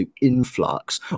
Influx